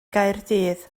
gaerdydd